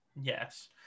Yes